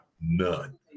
None